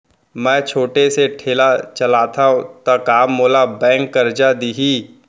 मैं छोटे से ठेला चलाथव त का मोला बैंक करजा दिही?